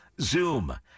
Zoom